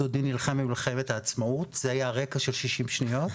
דודי נלחם במלחמת העצמאות וזה היה ככה רקע של 60 שניות.